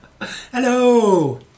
Hello